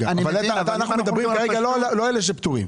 אנחנו מדברים כרגע לא על אלה שפטורים,